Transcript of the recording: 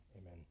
Amen